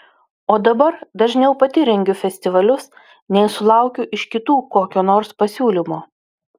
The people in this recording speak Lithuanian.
o dabar dažniau pati rengiu festivalius nei sulaukiu iš kitų kokio nors pasiūlymo